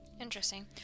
Interesting